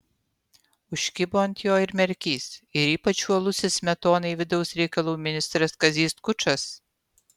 užkibo ant jo ir merkys ir ypač uolusis smetonai vidaus reikalų ministras kazys skučas